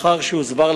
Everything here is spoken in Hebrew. כעבור ימים מספר,